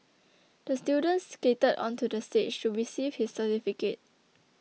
the student skated onto the stage to receive his certificate